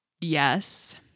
Yes